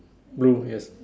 blue yes